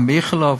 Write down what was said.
גם באיכילוב,